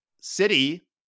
City